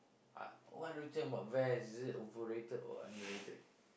I what do you think about Vans is it overrated or underrated